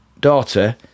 Daughter